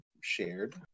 shared